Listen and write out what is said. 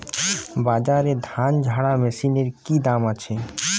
বাজারে ধান ঝারা মেশিনের কি দাম আছে?